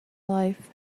life